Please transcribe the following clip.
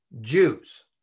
Jews